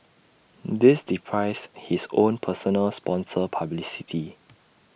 this deprives his own personal sponsor publicity